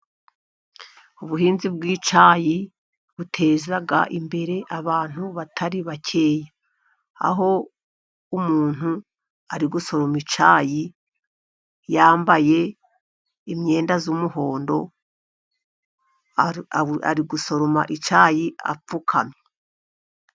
Ubuhinzi bw'icyayi buteza imbere abantu batari bakeya, aho umuntu ari gusoroma icyayi yambaye imyenda y'umuhondo, ari gusoroma icyayi apfukamye.